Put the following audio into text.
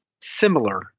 similar